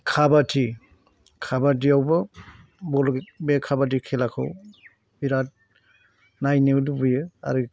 खाबादि खाबादिआवबो बे खाबादि खेलाखौ बिराद नायनो लुबैयो आरो